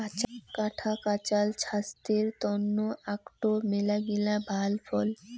কাঁচা কাঁঠাল ছাস্থের তন্ন আকটো মেলাগিলা ভাল ফল